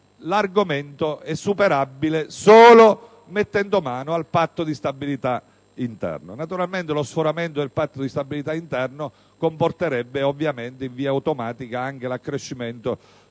l'argomento è superabile solo mettendo mano al patto di stabilità interno. Naturalmente lo sforamento del patto di stabilità interno comporterebbe in via automatica anche l'accrescimento